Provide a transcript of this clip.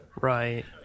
right